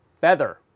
feather